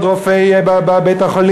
ומי שצריך להיות רופא יהיה בבית-החולים.